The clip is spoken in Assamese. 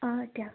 অঁ দিয়ক